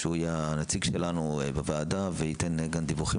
שהוא יהיה הנציג שלנו בוועדה וייתן דיווחים